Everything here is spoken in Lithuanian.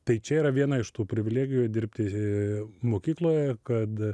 tai čia yra viena iš tų privilegijų dirbti mokykloj kad